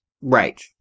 right